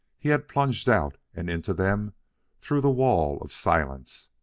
he had plunged out and into them through the wall of silence,